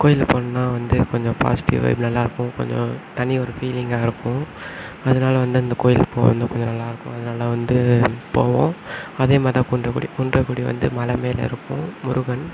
கோயிலில் போகணுனா வந்து கொஞ்சம் பாசிட்டிவ் வைப் நல்லா இருக்கும் கொஞ்சம் தனி ஒரு ஃபீலிங்காக இருக்கும் அதனால வந்து அந்த கோயில் போய் வந்தால் கொஞ்சம் நல்லா இருக்கும் அதனால வந்து போவோம் அதே மாதிரிதான் குன்றக்குடி குன்றக்குடி வந்து மலை மேலே இருக்கும் முருகன்